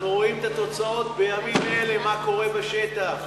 אנחנו רואים את התוצאות בימים אלה, מה קורה בשטח,